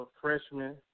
freshman